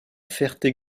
ferté